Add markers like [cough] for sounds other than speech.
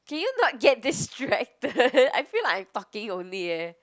can you not get distracted [laughs] I feel like I'm talking only eh